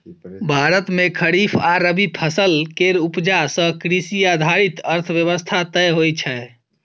भारत मे खरीफ आ रबी फसल केर उपजा सँ कृषि आधारित अर्थव्यवस्था तय होइ छै